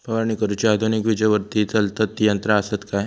फवारणी करुची आधुनिक विजेवरती चलतत ती यंत्रा आसत काय?